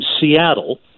Seattle